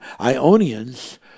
Ionians